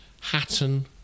Hatton